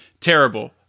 terrible